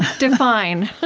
define. ah